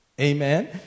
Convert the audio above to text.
Amen